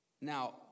Now